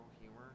humor